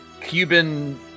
Cuban